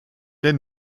der